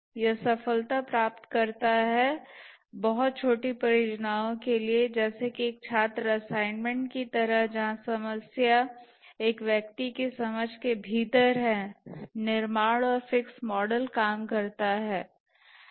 यह सफलता प्राप्त करता है बहुत छोटी परियोजनाओं के लिए जैसे कि एक छात्र असाइनमेंट की तरह जहां समस्या एक व्यक्ति की समझ के भीतर है निर्माण और फिक्स मॉडल काम करता है